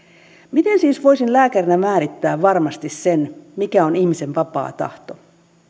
miten siis voisin lääkärinä määrittää varmasti sen mikä on ihmisen vapaa tahto